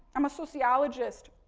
i'm a sociologist,